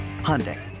Hyundai